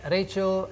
Rachel